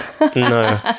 no